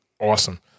awesome